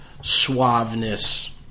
suaveness